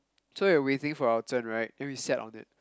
so we were waiting for our turn right and we sat on it